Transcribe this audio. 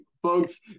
folks